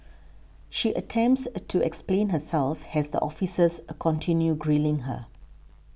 she attempts a to explain herself has the officers continue grilling her